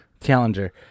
Challenger